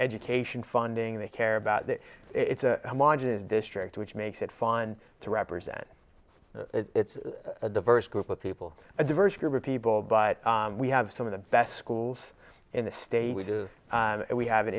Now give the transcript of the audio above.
education funding they care about that it's a district which makes it fun to represent it's a diverse group of people a diverse group of people but we have some of the best schools in the state which is we have an